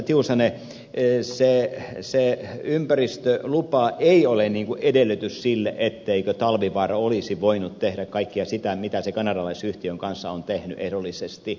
tiusanen se ympäristölupa ei ole edellytys sille etteikö talvivaara olisi voinut tehdä kaikkea sitä mitä se kanadalaisyhtiön kanssa on tehnyt edullisesti